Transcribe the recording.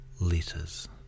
letters